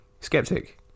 skeptic